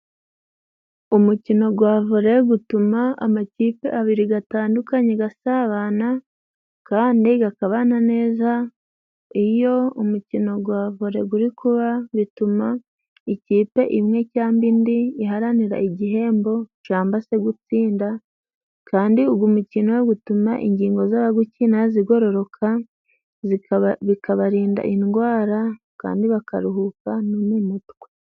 Umukino gwa vore gutuma amakipe abiri gatandukanye gasabana，kandi gakabana neza，iyo umukino gwa vore guri kuba，bituma ikipe imwe cyangwa indi iharanira igihembo， cangwa se gutsinda， kandi ugu mukino gutuma ingingo z'abagukina zigororoka，bikabarinda indwara kandi bakaruhuka no mu mutwe.